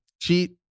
Cheat